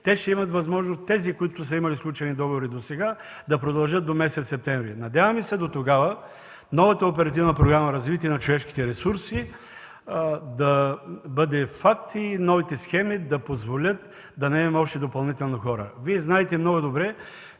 този финансов ресурс тези, които са имали сключени договори досега, ще имат възможност да продължат до месец септември. Надяваме се дотогава новата Оперативната програма „Развитие на човешките ресурси” да бъде факт и новите схеми да позволят да наемем още допълнително хора. Вие знаете много добре,